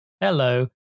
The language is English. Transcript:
hello